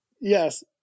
Yes